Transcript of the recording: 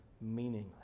meaningless